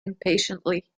impatiently